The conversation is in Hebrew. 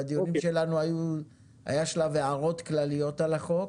היה שלב הערות כלליות על החוק,